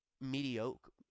mediocre